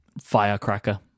Firecracker